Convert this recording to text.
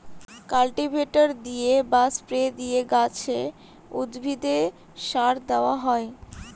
cultivator দিয়ে বা spray দিয়ে গাছে, উদ্ভিদে সার দেওয়া হয়